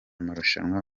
marushanwa